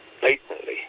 blatantly